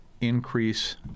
increase